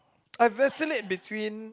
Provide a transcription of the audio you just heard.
I vacillate between